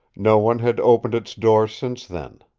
no one had opened its door since then.